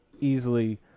easily